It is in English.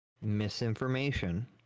misinformation